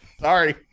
Sorry